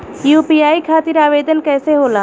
UPI खातिर आवेदन कैसे होला?